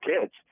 kids